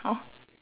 hor